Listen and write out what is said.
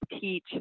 teach